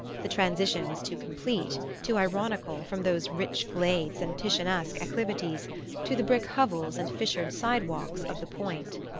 the transition was too complete, too ironical, from those rich glades and titianesque acclivities to the brick hovels and fissured sidewalks of the point.